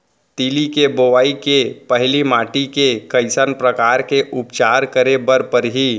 तिलि के बोआई के पहिली माटी के कइसन प्रकार के उपचार करे बर परही?